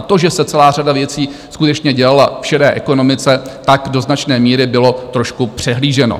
To, že se celá řada věcí skutečně dělala v šedé ekonomice, tak do značné míry bylo trošku přehlíženo.